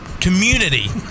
community